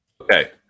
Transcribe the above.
Okay